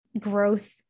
growth